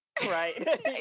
Right